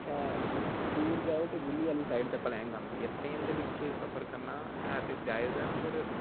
इत्थे दूर जओ ते दिल्ली आहली साइड भलेआं गंद ही ऐ ट्रैन दे बिच सफर करना हे ते जाइज ऐ मगर